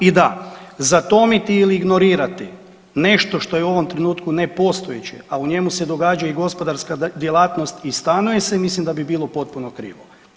I da, zatomiti ili ignorirati nešto što je u ovom trenutku nepostojeće, a u njemu se događa i gospodarska djelatnost i stanuje se mislim da bi bilo potpuno krivo.